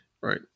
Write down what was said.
Right